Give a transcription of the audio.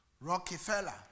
Rockefeller